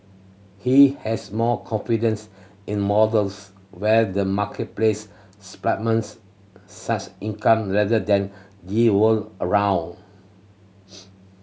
he has more confidence in models where the marketplace supplements such income rather than they were around